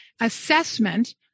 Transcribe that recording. assessment